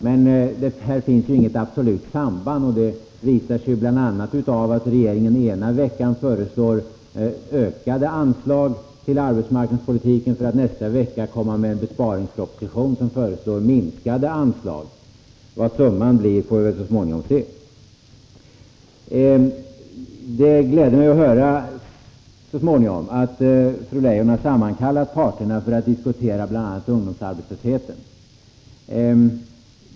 Men här finns ju inget absolut samband: Ena veckan föreslår regeringen ökade anslag till arbetsmarknadspolitiken för att nästa vecka komma med en besparingsproposition där det föreslås minskade anslag. Vad summan blir får vi väl så småningom se. Det gladde mig att så småningom få höra att fru Leijon har sammankallat Nr 18 parterna för att diskutera bl.a. ungdomsarbetslösheten.